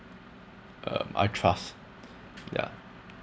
uh I trust yeah